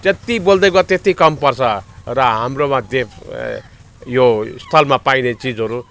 त्यति बोल्दै गयो त्यति कम पर्छ र हाम्रोमा देब यो स्थलमा पाइने चिजहरू